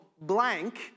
blank